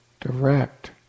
direct